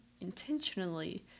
intentionally